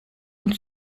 und